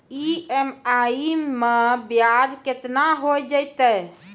EMI मैं ब्याज केतना हो जयतै?